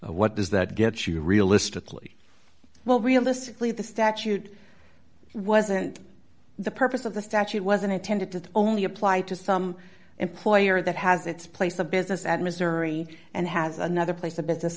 what does that get you realistically well realistically the statute wasn't the purpose of the statute wasn't intended to only apply to some employer that has it's place of business at missouri and has another place a business